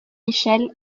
michel